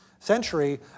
Century